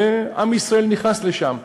ועם ישראל נכנס לשם.